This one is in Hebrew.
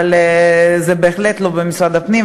אבל זה בהחלט לא במשרד הפנים.